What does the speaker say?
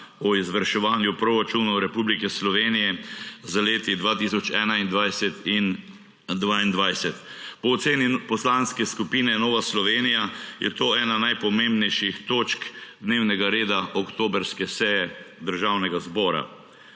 o izvrševanju proračunov Republike Slovenije za leti 2021 in 2022. Po oceni Poslanske skupine Nova Slovenija je to ena najpomembnejših točk dnevnega reda oktobrske seje Državnega zbora.